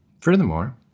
furthermore